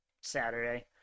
Saturday –